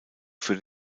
für